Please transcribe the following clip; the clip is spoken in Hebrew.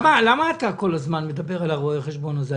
למה אתה מדבר על רואה החשבון הזה כל הזמן?